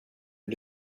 bli